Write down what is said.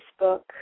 Facebook